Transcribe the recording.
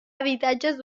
habitatges